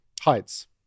Heights